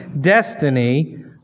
Destiny